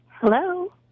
Hello